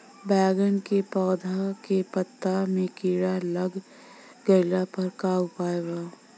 बैगन के पौधा के पत्ता मे कीड़ा लाग गैला पर का उपाय बा?